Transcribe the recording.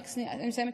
רק שנייה, אני מסיימת.